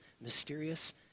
mysterious